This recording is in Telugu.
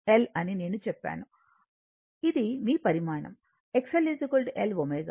ఇది మీ పరిమాణం XL L ω